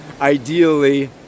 Ideally